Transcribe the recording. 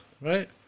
right